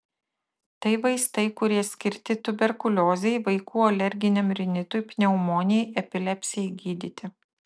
tai vaistai kurie skirti tuberkuliozei vaikų alerginiam rinitui pneumonijai epilepsijai gydyti